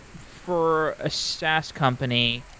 for a sas company,